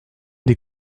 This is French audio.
des